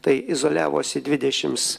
tai izoliavosi dvidešims